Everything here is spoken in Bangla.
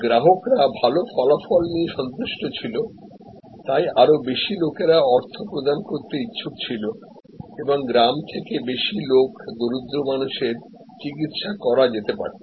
গ্রাহকরা ভাল ফলাফল নিয়ে সন্তুষ্ট ছিল তাই আরও বেশি লোকেরা অর্থ প্রদান করতে ইচ্ছুক ছিল এবং গ্রাম থেকে বেশি লোক দরিদ্র মানুষের চিকিত্সা করা যেতে পারত